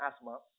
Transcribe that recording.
asthma